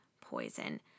poison